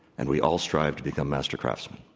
and we all strive to become master craftsmen.